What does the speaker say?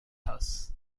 house